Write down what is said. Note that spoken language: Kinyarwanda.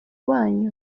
wanyu